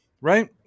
right